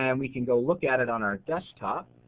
um we can go look at it on our desktop.